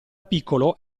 piccolo